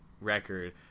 record